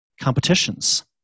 competitions